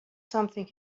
something